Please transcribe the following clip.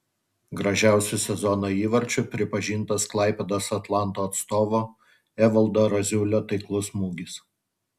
gražiausiu sezono įvarčiu pripažintas klaipėdos atlanto atstovo evaldo raziulio taiklus smūgis